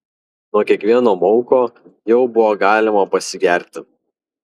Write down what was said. nuo kiekvieno mauko jau buvo galima pasigerti